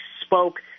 spoke